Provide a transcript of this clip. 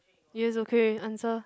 yes okay answer